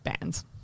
bands